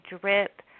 drip